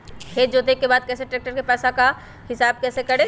खेत जोते के बाद कैसे ट्रैक्टर के पैसा का हिसाब कैसे करें?